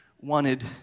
wanted